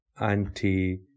anti